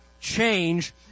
change